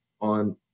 on